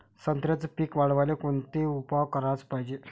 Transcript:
संत्र्याचं पीक वाढवाले कोनचे उपाव कराच पायजे?